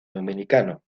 dominicano